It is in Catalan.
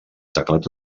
teclat